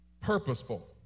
purposeful